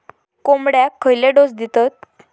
कोंबड्यांक खयले डोस दितत?